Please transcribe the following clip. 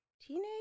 teenage